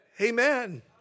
Amen